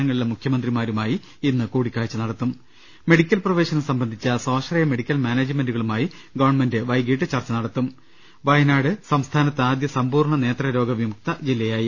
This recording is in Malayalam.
ങ്ങളിലെ മുഖ്യമന്ത്രിമാരുമായി ഇന്ന് കൂടിക്കാഴ്ച നടത്തും മെഡിക്കൽ പ്രവേശനം സംബന്ധിച്ച് സ്വാശ്രയ മെഡിക്കൽ മാനേജ്മെന്റുക ളുമായി ഗവൺമെന്റ് വൈകിട്ട് ചർച്ച നടത്തും വയനാട് സംസ്ഥാനത്തെ ആദ്യ സമ്പൂർണ്ണ നേത്രരോഗ വിമുക്ത ജില്ലയായി